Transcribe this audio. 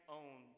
own